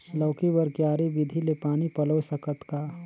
लौकी बर क्यारी विधि ले पानी पलोय सकत का?